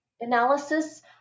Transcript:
analysis